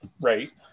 Right